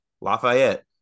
Lafayette